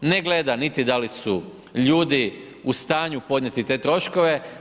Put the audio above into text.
Ne gleda niti da li su ljudi u stanju podnijeti te troškove.